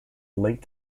link